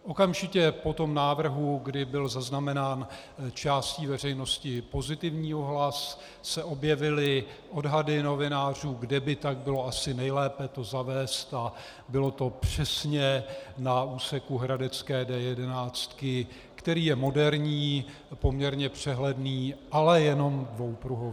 Okamžitě po tom návrhu, kdy byl zaznamenán částí veřejnosti pozitivní ohlas, se objevily odhady novinářů, kde by tak bylo asi nejlépe to zavést, a bylo to přesně na úseku hradecké D11, který je moderní, poměrně přehledný, ale jenom dvoupruhový.